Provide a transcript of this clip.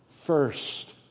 First